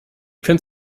könnt